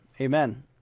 amen